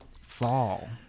Fall